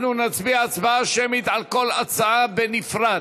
אנחנו נצביע הצבעה שמית על כל הצעה בנפרד.